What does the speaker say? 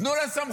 תנו לה סמכויות.